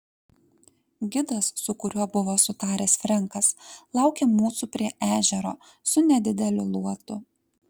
gidas su kuriuo buvo sutaręs frenkas laukė mūsų prie ežero su nedideliu luotu